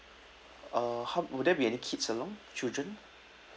uh how will there be any kids a not children